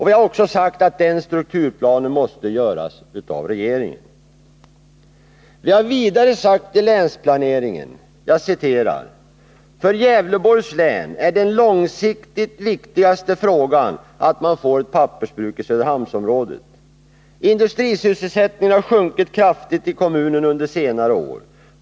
Vi har även sagt att den strukturplanen måste göras av regeringen. Vi har vidare sagt i länsplaneringen: ”För Gävleborgs län är den långsiktigt viktigaste frågan att man får ett pappersbruk i Söderhamnsområdet. Industrisysselsättningen har sjunkit kraftigt i kommunen under senare år.